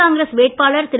காங்கிரஸ் வேட்பாளர் திரு